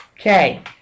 Okay